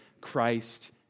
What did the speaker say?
Christ